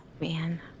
Man